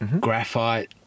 graphite